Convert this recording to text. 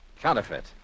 Counterfeit